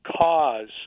cause